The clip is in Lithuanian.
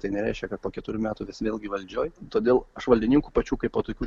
tai nereiškia kad po keturių metų mes vėlgi valdžioj todėl aš valdininkų pačių kaipo tokių